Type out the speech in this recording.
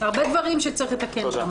הרבה דברים שצריך לתקן שם.